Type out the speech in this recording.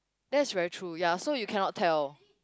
that's very true ya so you cannot tell